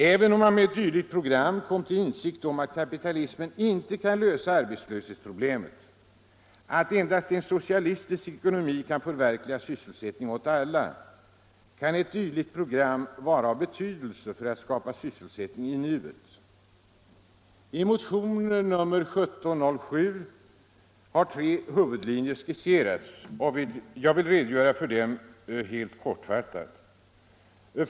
Även om man med ett dylikt program kom till insikt om att kapitalismen inte förmår lösa arbetslöshetsproblemen utan att endast en socialistisk ekonomi kan förverkliga sysselsättning åt alla, kan ett dylikt program vara av betydelse för att skapa sysselsättning i nuet. I motion nr 1707 har tre huvudlinjer skisserats. Jag vill redogöra för dem helt kortfattat.